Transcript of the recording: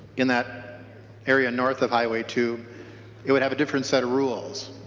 in that area north of highway two it would have a different set of rules.